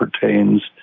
pertains